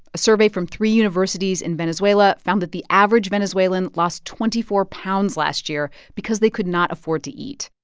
a survey from three universities in venezuela found that the average venezuelan lost twenty four pounds last year because they could not afford to eat.